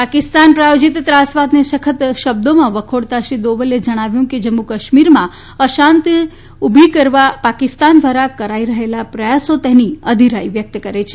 પાકિસ્તાન પ્રાથોજીત ત્રાસવાદને સખત શબ્દોમાં વખોડતા શ્રી દોવલે જણાવ્યું હતું કે જમ્મુ કાશ્મીરમાં અશાંતિ ઉભી કરવા પાકિસ્તાન દ્વારા કરાઇ રહેલા પ્રયાસો તેની અધિરાઈ વ્યક્ત કરે છે